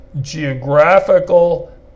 geographical